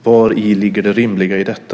Vari ligger det rimliga i detta?